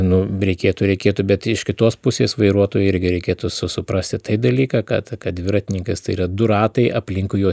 nu reikėtų reikėtų bet iš kitos pusės vairuotojai irgi reikėtų su suprasti tai dalyką kad kad dviratininkas tai yra du ratai aplinkui jo